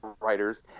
writers